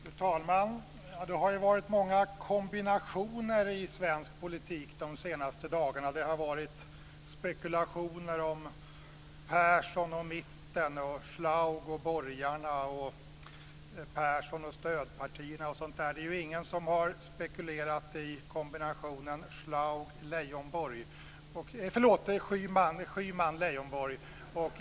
Fru talman! Det har varit många kombinationer i svensk politik de senaste dagarna. Det har varit spekulationer om Persson och mitten, Schlaug och borgarna, Persson och stödpartierna osv. Det är dock ingen som har spekulerat i kombinationen Schyman och Leijonborg.